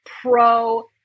pro